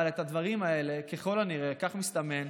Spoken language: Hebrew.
אבל את הדברים האלה, ככל הנראה, כך מסתמן,